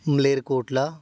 Malerkotla